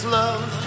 love